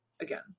again